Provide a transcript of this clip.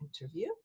interview